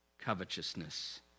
covetousness